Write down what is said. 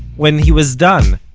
when he was done,